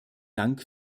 dank